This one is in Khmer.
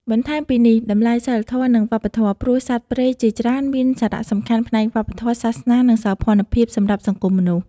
បន្ថែមពីនេះតម្លៃសីលធម៌ និងវប្បធម៌ ព្រោះសត្វព្រៃជាច្រើនមានសារៈសំខាន់ផ្នែកវប្បធម៌ សាសនា និងសោភ័ណភាពសម្រាប់សង្គមមនុស្ស។